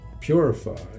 purify